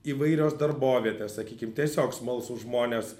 įvairios darbovietės sakykim tiesiog smalsūs žmonės